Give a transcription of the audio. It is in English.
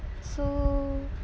so